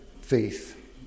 faith